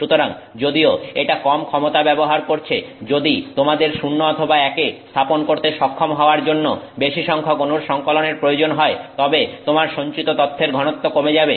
সুতরাং যদিও এটা কম ক্ষমতা ব্যবহার করছে যদি তোমাদের 0 অথবা 1 এ স্থাপন করতে সক্ষম হওয়ার জন্য বেশি সংখ্যক অনুর সংকলনের প্রয়োজন হয় তবে তোমার সঞ্চিত তথ্যের ঘনত্ব কমে যাবে